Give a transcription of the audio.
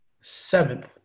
seventh